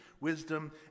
wisdom